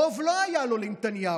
רוב לא היה לו, לנתניהו,